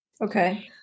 Okay